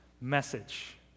message